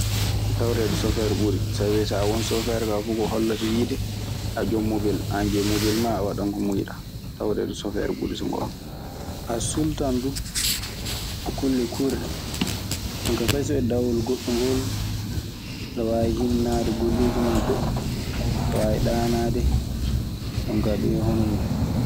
Tawreede sofeer ɓuri sabi so ɗon sofeer kaa fuu ko hollata wiide a jon mobel. An jeyi mobel maa a waɗan ko muuyiɗaa. Tawreede sofeer ɓuri so ngoonga. A suultan duu e kulle kuurɗe. Jon kaa fay so e dawol goɗɗungol, aɗe waawi hinnaade golleeji laa goɗɗi. Aɗe waawi ɗaanaade. Jon kaa ɗun e hono mun.